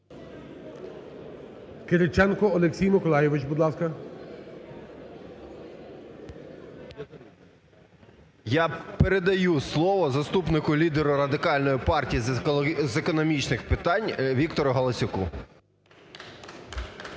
Я передаю слово заступнику лідера Радикальної партії з економічних питань Віктору Галасюку.